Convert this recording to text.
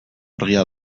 argia